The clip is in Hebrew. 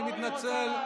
אני מתנצל.